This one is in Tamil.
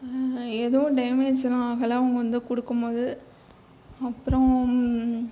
ஏதோ டேமெஜெலாம் ஆகலை அவங்க வந்து கொடுக்கும் போது அப்புறம்